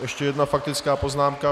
Ještě jedna faktická poznámka.